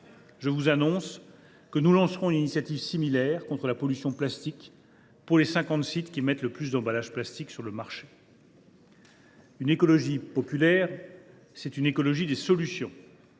Je vous annonce que nous lancerons une initiative similaire contre la pollution plastique, pour les cinquante sites qui mettent le plus d’emballages plastiques sur le marché. « Une écologie populaire, c’est une écologie des solutions.